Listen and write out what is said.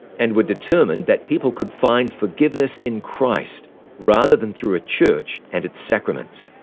and were determined that people could find forgiveness in christ rather than through a church and its sacraments.